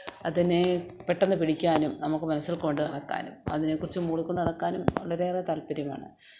അതിനേ പെട്ടെന്ന് പിടിക്കാനും നമുക്ക് മനസ്സിൽക്കൊണ്ട് നടക്കാനും അതിനേക്കുറിച്ച് മൂളിക്കൊണ്ട് നടക്കാനും വളരെയേറെ താൽപ്പര്യമാണ്